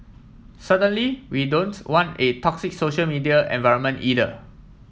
certainly we don't want a toxic social media environment either